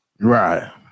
Right